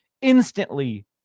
instantly